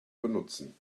benutzen